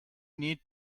need